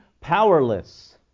powerless